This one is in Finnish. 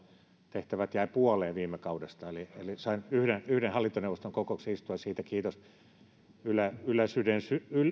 tehtävät jäivät puoleen viime kaudesta eli eli sain yhden yhden hallintoneuvoston kokouksen istua ja siitä kiitos yle sydän